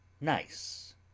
Nice